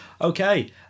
Okay